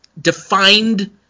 defined